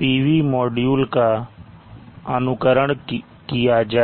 PV module का अनुकरण किया जाए